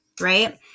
right